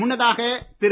முன்னதாக திரு